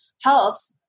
health